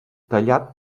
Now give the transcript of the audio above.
tallat